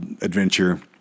adventure